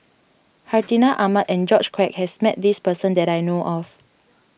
Hartinah Ahmad and George Quek has met this person that I know of